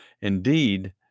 Indeed